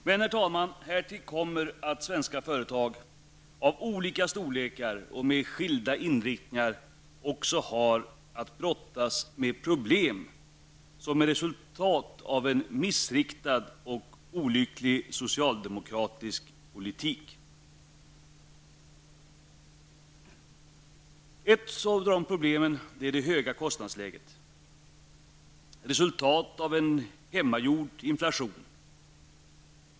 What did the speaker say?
Men, herr talman, härtill kommer att svenska företag av olika storlekar och med skilda inriktningar också har att brottas med problem som är resultatet av en missriktad och olycklig socialdemokratisk politik. Ett av de problemen är det höga kostnadsläget -- resultatet av en hemmagjord inflation.